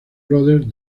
brothers